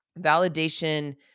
Validation